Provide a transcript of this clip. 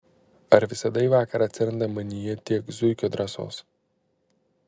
ar visada į vakarą atsiranda manyje tiek zuikio drąsos